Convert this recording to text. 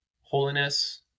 holiness